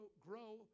grow